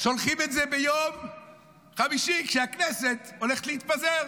שולחים את זה ביום חמישי, כשהכנסת הולכת להתפזר,